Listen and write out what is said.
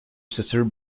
sister